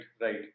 right